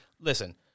Listen